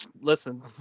Listen